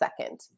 second